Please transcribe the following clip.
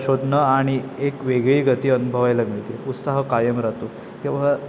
शोधणं आणि एक वेगळी गती अनुभवायला मिळते उत्साह हा कायम राहतो किंवा